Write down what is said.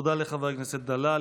תודה לחבר הכנסת דלל.